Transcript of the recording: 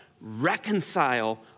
Reconcile